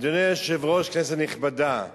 אדוני היושב-ראש, כנסת נכבדה,